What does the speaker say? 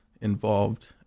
involved